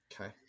okay